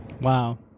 Wow